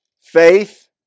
faith